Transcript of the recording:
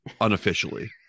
unofficially